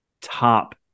top